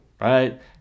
Right